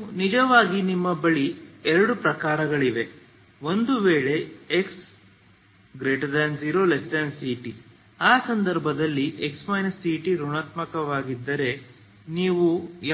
ಇದು ನಿಜವಾಗಿ ನಿಮ್ಮ ಬಳಿ ಎರಡು ಪ್ರಕರಣಗಳಿವೆ ಒಂದು ವೇಳೆ 0xct ಆ ಸಂದರ್ಭದಲ್ಲಿ x ct ಋಣಾತ್ಮಕವಾಗಿದ್ದರೆ ನೀವು